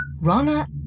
Rana